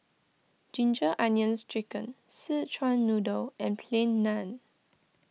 Ginger Onions Chicken Szechuan Noodle and Plain Naan